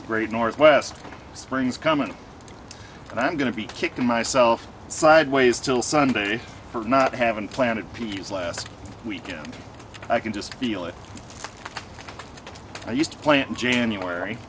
great northwest spring is coming and i'm going to be kicking myself sideways till sunday for not having planted peaches last week and i can just feel it used to plant in january